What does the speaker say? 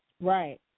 right